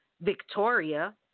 Victoria